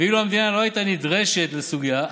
אילו המדינה לא הייתה נדרשת לסוגיה,